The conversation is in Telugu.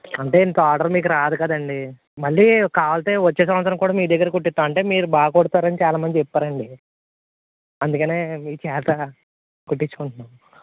అంటే ఇంకో ఆర్డర్ మీకు రాదు కదండీ మళ్ళీ కావాలంటే వచ్చే సంవత్సరం కూడా మీ దగ్గరే కుట్టిస్తాం అంటే మీరు బాగా కుడతారని చాలా మంది చెప్పారండి అందుకనే మీ చేత కుట్టించుకుంటున్నాం